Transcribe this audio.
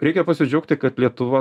reikia pasidžiaugti kad lietuva